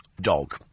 Dog